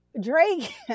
Drake